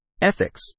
Ethics